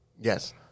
Yes